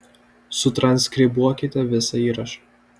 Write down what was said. sutranskribuokite visą įrašą